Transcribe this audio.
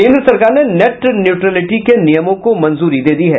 केन्द्र सरकार ने नेट न्यूट्रलिटी के नियमों को मंजूरी दे दी है